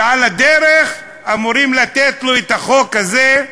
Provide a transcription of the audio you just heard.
ועל הדרך אמורים לתת לו את החוק הזה,